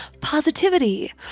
positivity